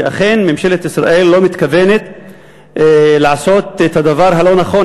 שאכן ממשלת ישראל לא מתכוונת לעשות את הדבר הלא-נכון